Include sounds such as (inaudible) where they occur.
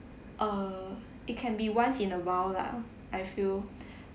err it can be once in a while lah I feel (breath)